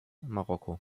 marokko